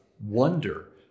wonder